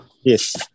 Yes